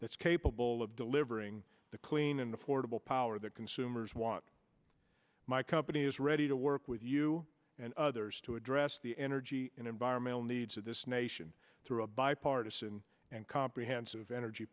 that's capable of delivering the clean and affordable power that consumers want my company is ready to work with you and others to address the energy and environmental needs of this nation through a bipartisan and comprehensive energy